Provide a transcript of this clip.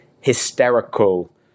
hysterical